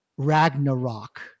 Ragnarok